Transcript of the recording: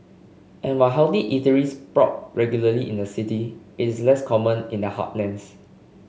and while healthy eateries sprout regularly in the city is less common in the heartlands